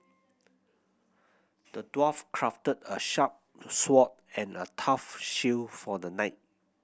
the dwarf crafted a sharp sword and a tough shield for the knight